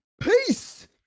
Peace